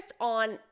on